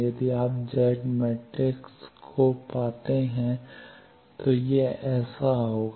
यदि आप Z matrix करते हैं तो ऐसा होगा